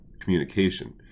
communication